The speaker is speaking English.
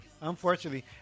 Unfortunately